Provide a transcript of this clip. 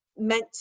Meant